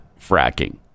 fracking